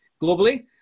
globally